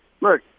look